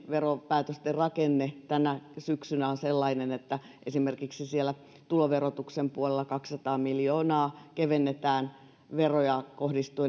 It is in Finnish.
veropäätösten rakenne tänä syksynä on sellainen että esimerkiksi tuloverotuksen puolella kaksisataa miljoonaa kevennetään veroja mikä kohdistuu